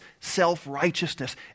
self-righteousness